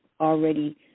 already